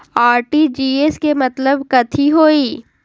RTGS के मतलब कथी होइ?